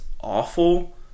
awful